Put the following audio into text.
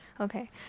Okay